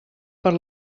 per